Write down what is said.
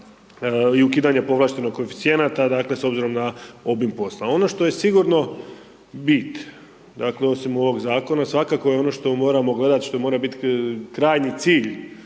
i ukidanja povlaštenog koeficijenata, dakle, s obzirom na obim posla. Ono što je sigurno bit, osim ovog zakona, svakako je ono što moramo gledat, što mora biti krajnji cilj